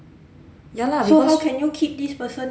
ya lah because